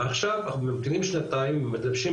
ועכשיו אנחנו ממתינים שנתיים ומתלבשים